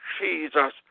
Jesus